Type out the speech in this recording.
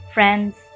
Friends